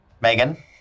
Megan